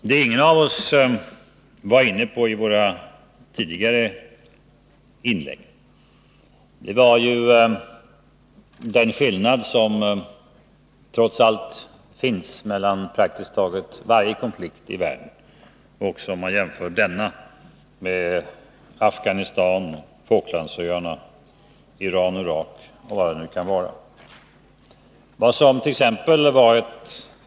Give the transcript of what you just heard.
Det ingen av oss varit inne på i tidigare inlägg är ju den skillnad som trots allt finns mellan praktiskt taget varje konflikt i världen, också om man jämför denna med konflikterna i Afghanistan, på Falklandsöarna, i Iran, i Irak och var det nu kan vara.